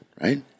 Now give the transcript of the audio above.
right